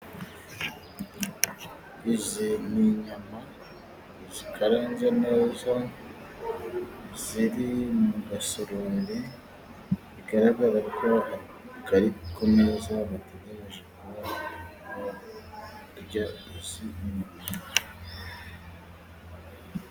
Izi ni inyama zikaranze neza, ziri mu gasorori bigaragara ko kari ku meza bategereje kurya izi.